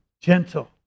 gentle